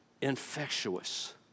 infectious